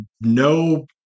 no